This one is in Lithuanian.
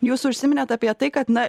jūs užsiminėt apie tai kad na